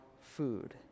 food